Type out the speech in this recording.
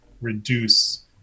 reduce